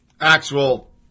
Actual